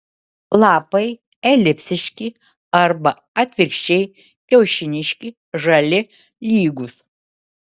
lapai elipsiški arba atvirkščiai kiaušiniški žali lygūs